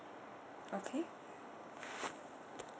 okay